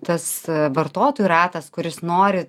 tas vartotojų ratas kuris nori